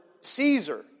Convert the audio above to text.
Caesar